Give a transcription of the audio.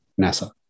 NASA